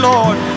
Lord